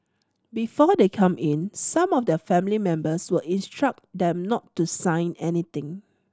before they come in some of their family members will instruct them not to sign anything